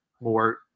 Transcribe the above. more